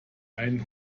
einen